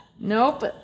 Nope